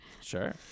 Sure